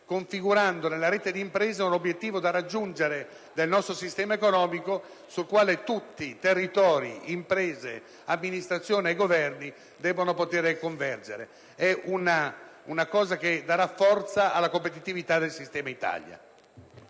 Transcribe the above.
configura in tal modo nella rete d'impresa un obiettivo da raggiungere dal nostro sistema economico sul quale tutti, territori, imprese, amministrazioni e Governi devono poter convergere. È un obiettivo che darà forza alla competitività del sistema Italia.